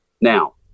Now